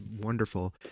wonderful